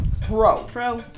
pro